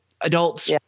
Adults